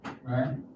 right